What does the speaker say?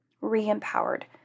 re-empowered